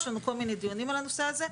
יש לנו כל מיני דיונים על הנושא זה.